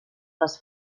les